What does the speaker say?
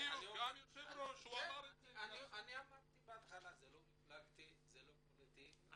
זה לא פוליטי.